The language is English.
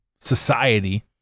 society